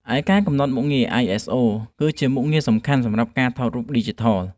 ឯការកំណត់មុខងារ អាយ អេស អូ គឺជាមុខងារសំខាន់សម្រាប់ការថតរូបឌីជីថល។